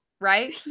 right